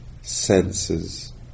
senses